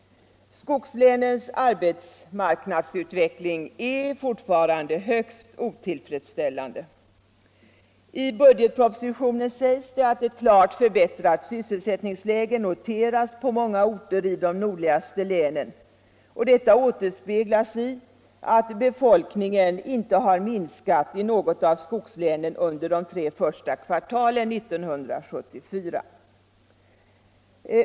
Skogslänens arbetsmarknadsutveckling är fortfarande högst otillfredsställande. I budgetpropositionen sägs det att ett klart förbättrat sysselsättningsläge noterats på många orter i de nordligaste länen, och detta återspeglas i att befolkningen inte har minskat i något av skogslänen under de tre första kvartalen 1974.